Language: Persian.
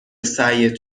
سعیت